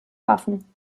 waffen